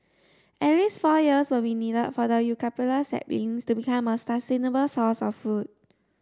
at least four years will be needed for the eucalyptus saplings to become a sustainable source of food